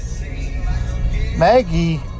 Maggie